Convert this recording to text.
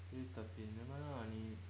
today's thirteen never mind lah 你